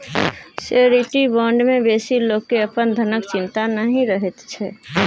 surety bond मे बेसी लोक केँ अपन धनक चिंता नहि रहैत छै